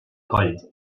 coll